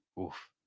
Oof